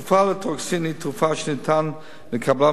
התרופה "אלטרוקסין" היא תרופה שניתן לקבלה